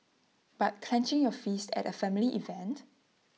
but clenching your fists at A family event